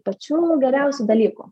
pačių geriausių dalykų